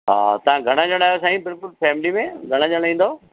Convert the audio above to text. हा तव्हां घणा ॼणा आहियो साईं बिल्कुलु फ़ेमिली में घणा ॼणा ईंदव